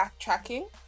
backtracking